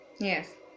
Yes